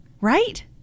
right